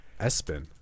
Espen